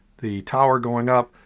the tower going up,